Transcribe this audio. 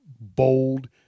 bold